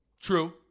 True